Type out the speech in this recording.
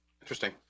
Interesting